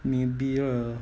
maybe lah